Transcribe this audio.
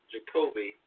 Jacoby